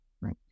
right